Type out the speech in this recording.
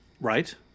right